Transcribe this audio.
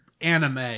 anime